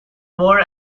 more